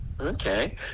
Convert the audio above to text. Okay